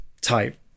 type